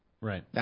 Right